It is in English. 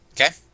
Okay